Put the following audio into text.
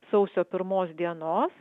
sausio pirmos dienos